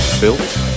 built